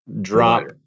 drop